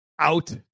out